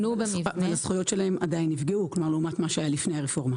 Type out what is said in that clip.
עדיין הזכויות של הנכים נפגעו לעומת מה היה לפני הרפורמה.